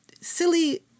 silly